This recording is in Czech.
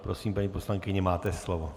Prosím, paní poslankyně, máte slovo.